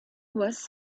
was